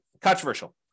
controversial